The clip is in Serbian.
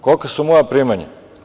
Kolika su moja primanja?